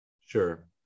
sure